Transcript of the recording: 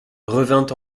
revint